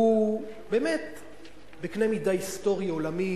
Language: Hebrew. הוא בקנה מידה היסטורי עולמי